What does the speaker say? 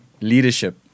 leadership